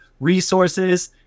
resources